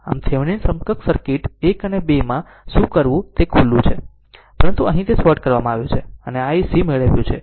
આમ થેવેનિન સમકક્ષ સર્કિટ 1 અને 2 માં શું કરવું તે ખુલ્લું છે પરંતુ અહીં તે શોર્ટ કરવામાં આવ્યું છે અને iSC મેળવ્યું છે